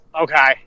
Okay